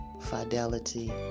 fidelity